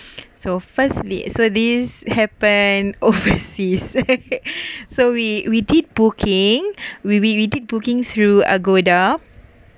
so firstly so this happened overseas so we we did booking we we we did booking through agoda